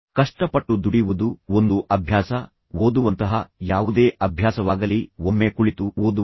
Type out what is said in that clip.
ಕಷ್ಟಪಟ್ಟು ದುಡಿಯುವುದು ಒಂದು ಅಭ್ಯಾಸ ಓದುವಂತಹ ಯಾವುದೇ ಅಭ್ಯಾಸವಾಗಲಿ ಒಮ್ಮೆ ಕುಳಿತು ಓದುವುದು